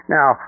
Now